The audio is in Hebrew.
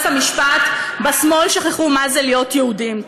המשפט "בשמאל שכחו מה זה להיות יהודים".